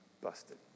Busted